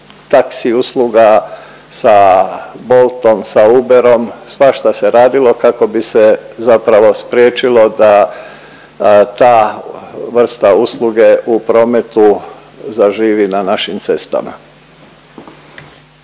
taxi usluga sa Boltom, sa Uberom, svašta se radilo kako bi se zapravo spriječilo da ta vrsta usluge u prometu zaživi na našim cestama.